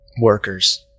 workers